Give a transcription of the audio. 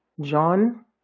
John